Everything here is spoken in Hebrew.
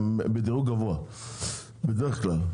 הן בדירוג גבוה בדרך כלל,